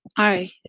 i.